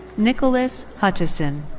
nicholas hutchison.